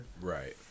Right